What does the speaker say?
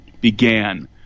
began